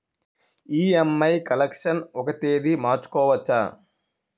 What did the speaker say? EMI collection ఒక తేదీ మార్చుకోవచ్చా?